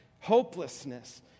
hopelessness